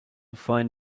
find